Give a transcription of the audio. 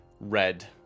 red